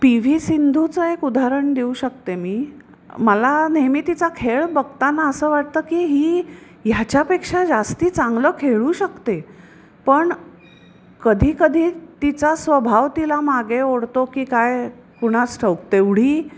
P V सिंधूचं एक उदाहरण देऊ शकते मी मला नेहमी तिचा खेळ बघताना असं वाटतं की ही ह्याच्यापेक्षा जास्त चांगलं खेळू शकते पण कधीकधी तिचा स्वभाव तिला मागे ओढतो की काय कुणास ठाऊक तेवढी